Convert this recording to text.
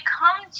come